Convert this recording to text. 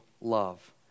love